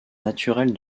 naturelle